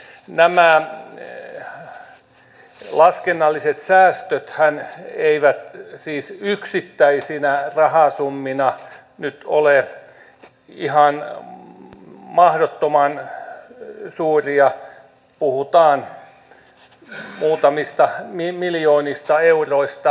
nämä laskennalliset säästöthän eivät siis yksittäisinä rahasummina nyt ole ihan mahdottoman suuria puhutaan muutamista miljoonista euroista